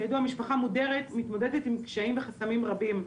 כידוע, משפחה מודרת מתמודדת עם קשיים וחסמים רבים.